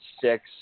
six